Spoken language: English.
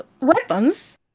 weapons